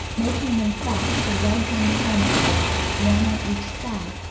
making them fast to lugs on the helmet-face, one on each side,